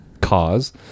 cause